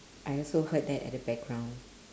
I also heard that at the background